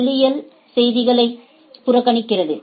S எனில் செய்தியை புறக்கணிக்கிறது